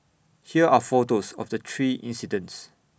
here are photos of the three incidents